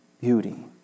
beauty